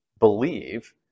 believe